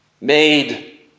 Made